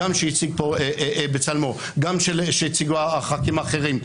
גם שהציג פה בצלמו, גם שהציגו חברי הכנסת האחרים.